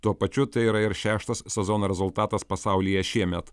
tuo pačiu tai yra ir šeštas sezono rezultatas pasaulyje šiemet